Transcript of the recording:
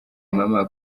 mama